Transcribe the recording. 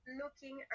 looking